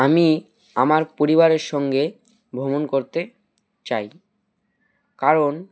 আমি আমার পরিবারের সঙ্গে ভ্রমণ করতে চাই কারণ